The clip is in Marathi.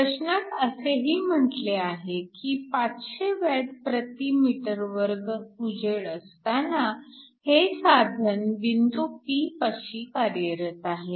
प्रश्नात असेही म्हटले आहे की 500 Wm2 उजेड असताना हे साधन बिंदू P पाशी कार्यरत आहे